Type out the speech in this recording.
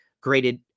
graded